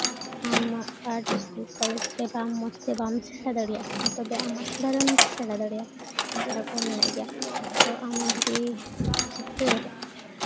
ᱟᱢᱟᱜ art school college ᱨᱮ ᱵᱟᱢ ᱢᱚᱡᱽ ᱛᱮ ᱵᱟᱢ ᱥᱮᱬᱟ ᱫᱟᱲᱮᱭᱟᱜ ᱠᱟᱱᱟ ᱛᱚᱵᱮ ᱟᱢ ᱢᱟ ᱥᱟᱫᱷᱟᱨᱚᱱ ᱥᱮᱬᱟ ᱫᱟᱲᱭᱟᱜᱼᱟ ᱟᱥᱲᱟ ᱠᱚ ᱢᱮᱱᱟᱜ ᱜᱮᱭᱟ ᱛᱳ ᱟᱢ ᱡᱩᱫᱤ ᱪᱤᱛᱟᱹᱨ